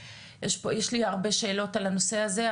יש לי הרבה שאלות על הנושא הזה.